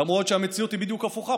למרות שהמציאות היא בדיוק הפוכה.